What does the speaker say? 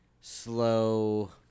slow